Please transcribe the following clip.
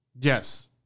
Yes